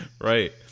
Right